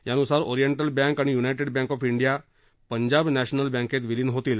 यानुसार Oriental Bank आणि United Bank of India Punjab National बँकेत विलीन होतील